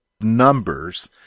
Numbers